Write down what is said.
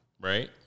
right